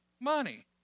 money